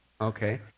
Okay